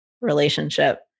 relationship